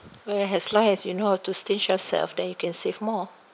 where as long as you know how to yourself then you can save more